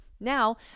Now